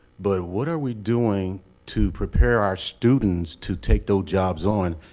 but what are we doing to prepare our students to take those jobs on,